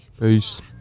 peace